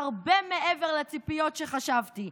"הרבה מעבר לציפיות שחשבתי.